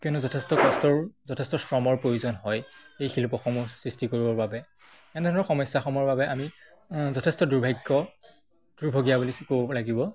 কিয়নো যথেষ্ট কষ্টৰ যথেষ্ট শ্ৰমৰ প্ৰয়োজন হয় এই শিল্পসমূহ সৃষ্টি কৰিবৰ বাবে এনেধৰণৰ সমস্যাসমূহৰ বাবে আমি যথেষ্ট দুৰ্ভাগ্য দুৰ্ভগীয়া বুলি ক'ব লাগিব